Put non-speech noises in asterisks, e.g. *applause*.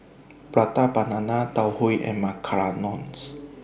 Prata Banana Tau Huay and *unintelligible* *noise*